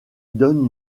donne